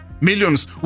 millions